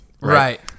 Right